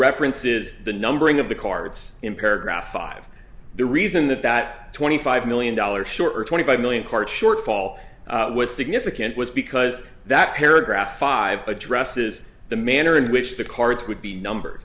references the numbering of the cards in paragraph five the reason that that twenty five million dollars short or twenty five million card shortfall was significant was because that paragraph five addresses the manner in which the car it would be number